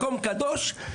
מקום קדוש,